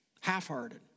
half-hearted